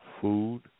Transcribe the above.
food